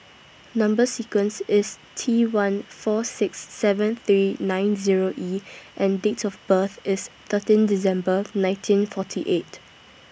Number sequence IS T one four six seven three nine Zero E and Date of birth IS thirteen December nineteen forty eight